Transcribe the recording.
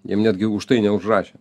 jiem netgi už tai neužrašė